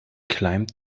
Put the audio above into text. climbed